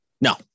No